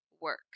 work